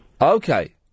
Okay